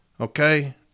Okay